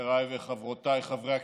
חבריי וחברותיי חברי הכנסת,